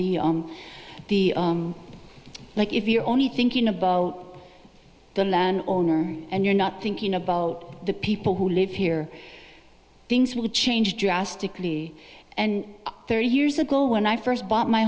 the the like if you're only thinking about the land owner and you're not thinking about the people who live here things will change drastically and thirty years ago when i first bought my